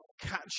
catch